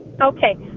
okay